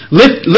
lift